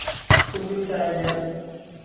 ᱛᱩᱨᱩᱭ ᱥᱟᱭ ᱜᱮᱞ